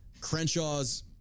Crenshaw's